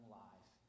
life